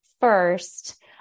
first